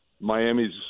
Miami's